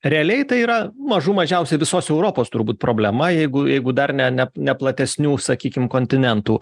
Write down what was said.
realiai tai yra mažų mažiausia visos europos turbūt problema jeigu jeigu dar ne ne ne platesnių sakykim kontinentų